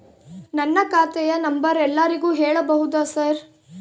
ನನ್ನ ಖಾತೆಯ ನಂಬರ್ ಎಲ್ಲರಿಗೂ ಹೇಳಬಹುದಾ ಸರ್?